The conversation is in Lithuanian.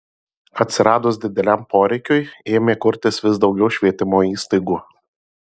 atsiradus dideliam poreikiui ėmė kurtis vis daugiau švietimo įstaigų